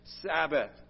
Sabbath